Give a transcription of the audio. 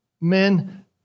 Men